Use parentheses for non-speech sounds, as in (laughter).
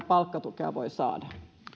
(unintelligible) palkkatukea voi saada